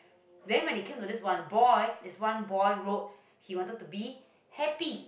then when it came to this one boy this one boy wrote he wanted to be happy